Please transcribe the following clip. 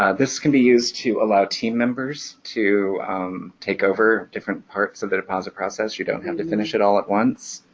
ah this can be used to allow team members to take over different parts of the deposit process. you don't have to finish it all at once,